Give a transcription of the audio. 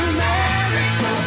America